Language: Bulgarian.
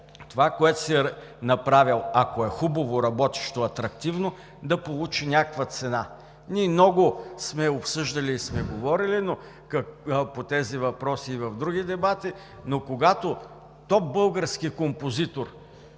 това, което си направил, ако е хубаво, работещо, атрактивно, да получи някаква цена. Много сме обсъждали и сме говорили по тези въпроси и в други дебати, но когато топ български композитор